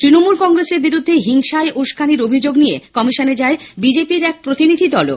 তৃণমূল কংগ্রেসের বিরুদ্ধে হিংসায় উস্কানির অভিযোগ নিয়ে কমিশনে যায় বিজেপির এক প্রতিনিধি দলও